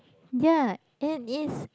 ya and is